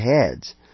heads